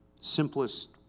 simplest